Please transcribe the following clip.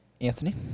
Anthony